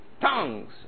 Tongues